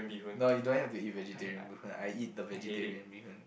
no you don't have to eat vegetarian bee hoon I eat the vegetarian bee hoon